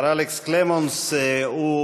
מר אלן קלמונס הוא